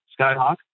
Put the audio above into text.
Skyhawk